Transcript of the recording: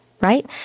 Right